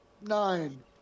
Nine